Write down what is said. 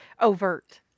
overt